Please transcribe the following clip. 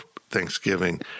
Thanksgiving